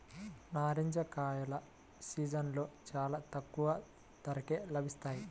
నారింజ కాయల సీజన్లో చాలా తక్కువ ధరకే లభిస్తాయి